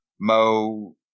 Mo